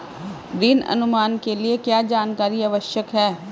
ऋण अनुमान के लिए क्या जानकारी आवश्यक है?